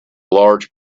large